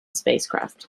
spacecraft